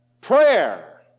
prayer